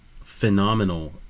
phenomenal